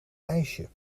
ijsje